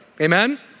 Amen